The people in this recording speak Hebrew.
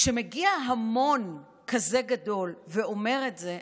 כשמגיע המון כזה גדול ואומר את זה,